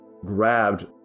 grabbed